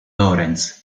laurence